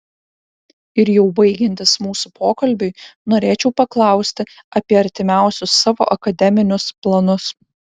ir jau baigiantis mūsų pokalbiui norėčiau paklausti apie artimiausius savo akademinius planus